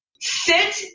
sit